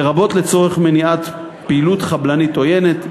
לרבות לצורך מניעת פעילות חבלנית עוינת,